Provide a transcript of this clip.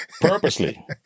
purposely